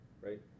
right